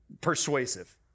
persuasive